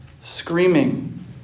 screaming